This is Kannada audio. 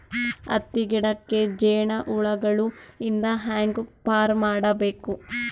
ಹತ್ತಿ ಗಿಡಕ್ಕೆ ಜೇಡ ಹುಳಗಳು ಇಂದ ಹ್ಯಾಂಗ್ ಪಾರ್ ಮಾಡಬೇಕು?